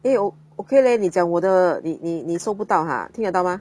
eh oh okay leh 你讲我的你你你收不到 ha 听得到吗